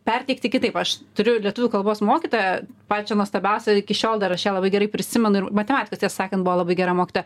perteikti kitaip aš turiu lietuvių kalbos mokytoją pačią nuostabiausią ir iki šiol dar aš ją labai gerai prisimenu ir matematikos tiesą sakant buvo labai gera mokytoja